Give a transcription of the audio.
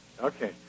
Okay